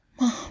Mom